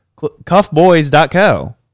cuffboys.co